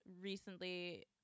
recently